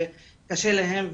קשה להם,